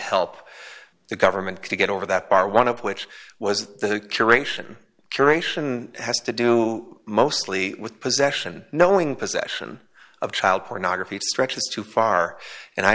help the government to get over that bar one of which was the curation curation has to do mostly with possession knowing possession of child pornography stretches too far and i